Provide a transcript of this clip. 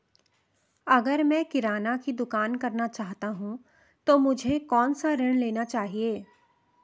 अगर मैं किराना की दुकान करना चाहता हूं तो मुझे कौनसा ऋण लेना चाहिए?